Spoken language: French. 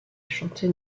chanté